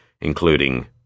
including